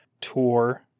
tour